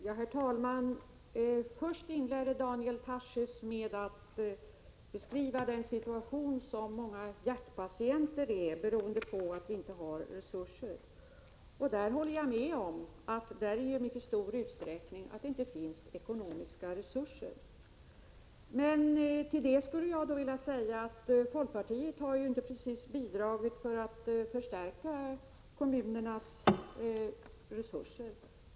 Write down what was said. Herr talman! Daniel Tarschys inledde med att beskriva den situation som många hjärtpatienter befinner sig i beroende på att vi inte har resurser. Jag håller med om att skälet i mycket stor utsträckning är att det inte finns ekonomiska resurser. Men folkpartiet har inte precis bidragit till att förstärka kommunernas resurser.